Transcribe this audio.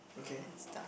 okay